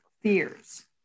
fears